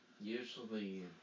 usually